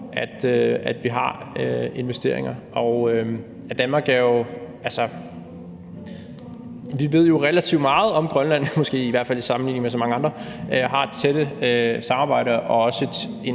at vi har investeringer, og vi ved jo i Danmark måske relativt meget om Grønland, i hvert fald i sammenligning med så mange andre, og vi har et tæt samarbejde og også en